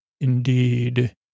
Indeed